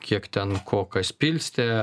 kiek ten ko kas pilstė